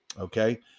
okay